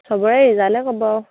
সবৰে ৰিজাল্টে ক'ব আৰু